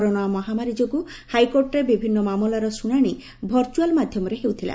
corona ମହାମାରୀ ଯୋଗୁଁ ହାଇକୋର୍ଟରେ ବିଭିନ୍ନ ମାମଲାର ଶୁଣାଣି ଭର୍ଚୁଆଲ୍ ମାଧ୍ଧମରେ ହେଉଥିଲା